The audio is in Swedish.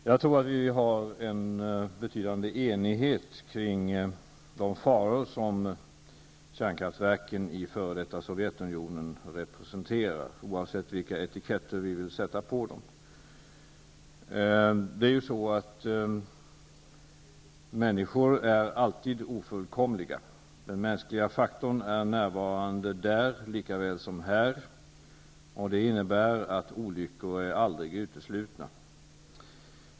Herr talman! Jag tror att det finns en betydande enighet oss emellan om de faror som kärnkraftverken i f.d. Sovjetunionen representerar oavsett vilka etiketter vi vill sätta på dem. Människor är alltid ofullkomliga. Den mänskliga faktorn är närvarande där likaväl som här, och det innebär att olyckor aldrig är uteslutna.